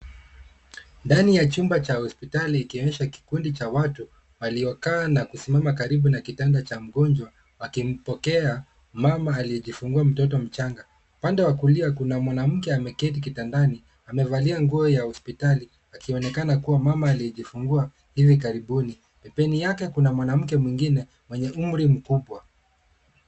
Ndani ya chumba cha hospitali ikionyesha kikundi cha watu waliokaa na kusimama karibu na kitanda cha mgonjwa wakimpokea mama aliyejifungua mtoto mchanga. Upande wa kulia kuna mwanamke ameketi kitandani, amevalia nguo ya hospitali akionekana mama aliyejifungua hivi karibuni. Pembeni yake kuna mwanamke mwingine mwenye umri mkubwa.